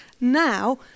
now